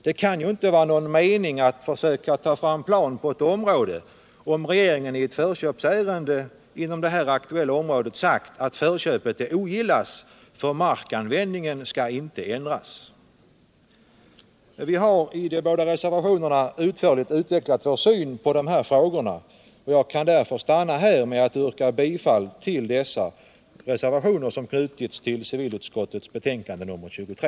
Det kan ju inte vara någon mening med att försöka ta fram en plan på ett område, om regeringen i ett förköpsärende inom det aktuella området sagt att förköpet ogillas, eftersom markanvändningen inte skall ändras. Vi har i de båda reservationerna utförligt utvecklat vår syn på dessa frågor, och jag kan därför stanna här och yrka bifall till de reservationer som fogats till civilutskottets betänkande nr 23.